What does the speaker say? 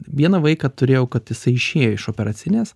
vieną vaiką turėjau kad jisai išėjo iš operacinės